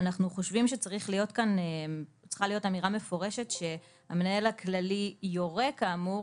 אנחנו חושבים שצריכה להיות כאן אמירה מפורשת שהמנהל הכללי יורה כאמור,